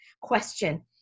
question